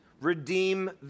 redeem